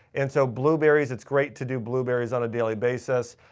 and so, blueberries it's great to do blueberries on a daily basis.